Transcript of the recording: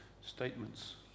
statements